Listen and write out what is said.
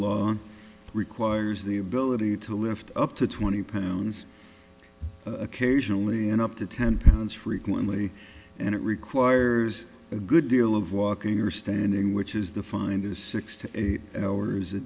law requires the ability to lift up to twenty pounds occasionally and up to ten pounds frequently and it requires a good deal of walking or standing which is the finders sixty eight hours a